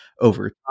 over